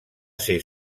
ser